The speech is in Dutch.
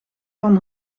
van